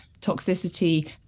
toxicity